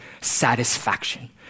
satisfaction